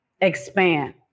expand